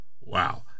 wow